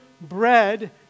bread